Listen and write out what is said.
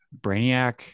Brainiac